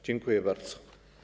Dziękuję bardzo.